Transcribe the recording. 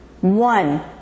one